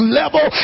level